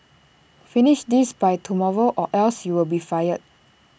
finish this by tomorrow or else you'll be fired